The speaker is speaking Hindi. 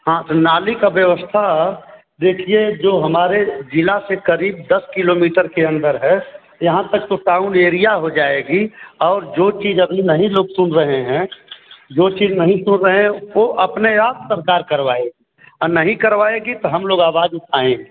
हाँ तो नाली का व्यवस्था देखिए जो हमारे जिला से करीब दस किलोमीटर के अंदर है यहाँ तक तो टाउन एरिया हो जाएगी और जो चीज अभी नहीं लोग सुन रहे हैं जो चीज नहीं सुन रहे हैं वो अपने आप सरकार करवाएगी नहीं करवाएगी तो हम लोग आवाज उठाएँगे